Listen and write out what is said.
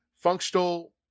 functional